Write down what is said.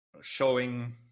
showing